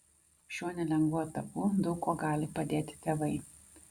šiuo nelengvu etapu daug kuo gali padėti tėvai